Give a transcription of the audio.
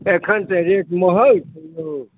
अखन तऽ रेट महग छै यौ